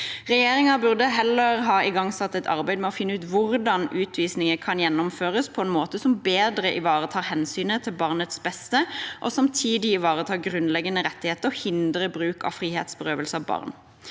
Regjeringen burde heller ha igangsatt et arbeid med å finne ut hvordan utvisninger kan gjennomføres på en måte som bedre ivaretar hensynet til barnets beste, og samtidig ivaretar grunnleggende rettigheter og hindrer bruk av frihetsberøvelse av barn.